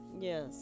Yes